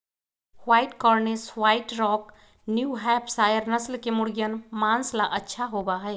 white Cornish, White Rock, New Hampshire नस्ल के मुर्गियन माँस ला अच्छा होबा हई